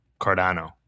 Cardano